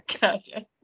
Gotcha